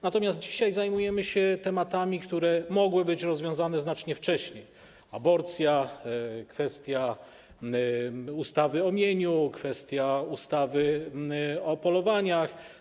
Natomiast dzisiaj zajmujemy się tematami, które mogły być rozwiązane znacznie wcześniej: aborcja, kwestia ustawy o mieniu, kwestia ustawy o polowaniach.